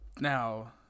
now